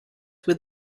with